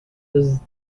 does